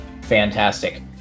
Fantastic